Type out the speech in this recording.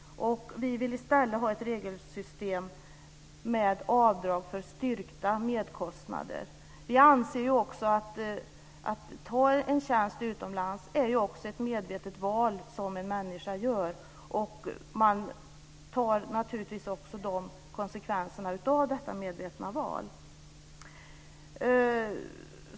Vi vill i stället ha ett regelsystem med avdrag för styrkta medkostnader. Att ta en tjänst utomlands är också, anser vi, ett medvetet val som en människa gör, och då får man naturligtvis också ta konsekvenserna av detta medvetna val.